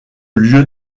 lieu